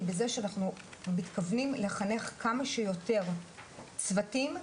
היא בזה שאנחנו מתכוונים לחנך כמה שיותר צוותים,